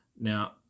Now